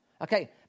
Okay